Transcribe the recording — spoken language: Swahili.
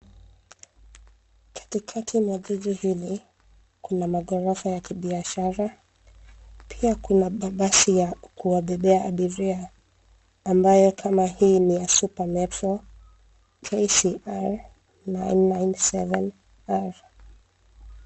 Katikati mwa jiji hili, kuna maghorofa ya kibiashara, pia kuna mabasi ya, kuwabebea abiria ambayo kama hii ni ya supermero KCR 997 R.